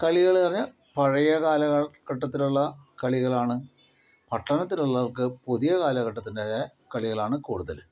കളികൾ പറഞ്ഞാൽ പഴയ കാലഘട്ടത്തിലുള്ള കളികളാണ് പട്ടണത്തിൽ ഉള്ളവർക്ക് പുതിയ കാലഘട്ടത്തിന്റേതായ കളികളാണ് കൂടുതൽ